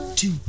two